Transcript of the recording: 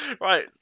Right